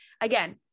again